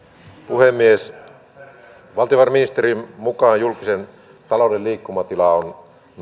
puhemies valtiovarainministerin mukaan julkisen talouden liikkumatila on